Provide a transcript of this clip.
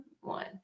one